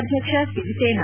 ಅಧ್ಯಕ್ಷ ಸಿರಿಸೇನಾ